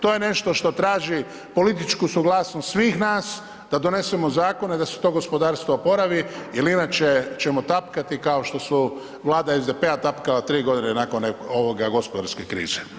To je nešto što traži političku suglasnost svih nas, da donesemo zakone da se to gospodarstvo oporavi jel inače ćemo tapkati kao što su, vlada SDP-a tapkala 3 godine nakon ovoga gospodarske krize.